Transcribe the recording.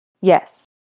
Yes